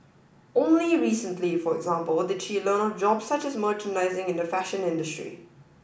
only recently for example did she learn of jobs such as merchandising in the fashion industry